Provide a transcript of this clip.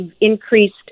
increased